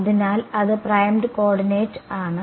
അതിനാൽ അത് primed coordinate ആണ്